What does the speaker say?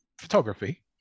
photography